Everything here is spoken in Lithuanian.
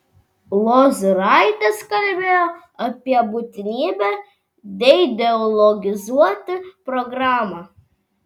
lozuraitis kalbėjo apie būtinybę deideologizuoti programą